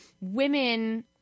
women